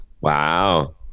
Wow